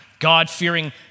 God-fearing